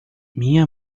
minha